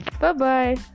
Bye-bye